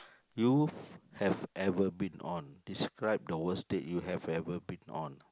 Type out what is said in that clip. you have ever been on describe the worst date you have ever been on